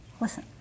Listen